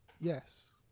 yes